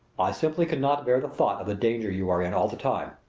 i simply cannot bear the thought of the danger you are in all the time.